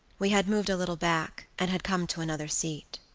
we had moved a little back, and had come to another seat.